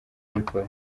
abikora